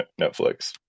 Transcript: Netflix